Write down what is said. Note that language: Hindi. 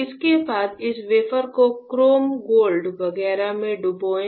इसके बाद इस वेफर को क्रोम गोल्ड वगैरह में डुबोएं